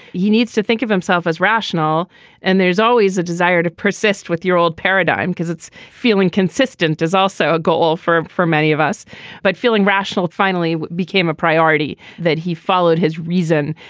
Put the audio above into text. he needs to think of himself as rational and there's always a desire to persist with your old paradigm because it's feeling consistent is also a goal for him for many of us but feeling rational finally became a priority that he followed his reason.